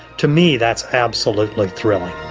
to me that's absolutely thrilling.